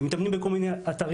הם מתאמנים בכל מיני אתרים,